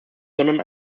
sondern